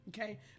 Okay